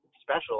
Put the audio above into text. special